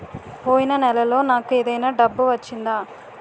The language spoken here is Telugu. పోయిన నెలలో నాకు ఏదైనా డబ్బు వచ్చిందా?